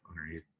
underneath